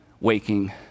waking